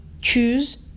choose